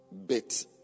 bit